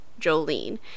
Jolene